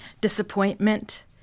disappointment